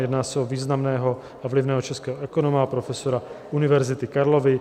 Jedná se o významného a vlivného českého ekonoma a profesora Univerzity Karlovy.